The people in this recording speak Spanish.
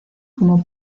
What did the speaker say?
como